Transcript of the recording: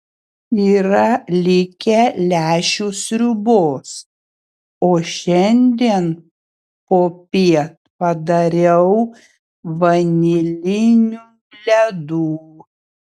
yra likę lęšių sriubos o šiandien popiet padariau vanilinių ledų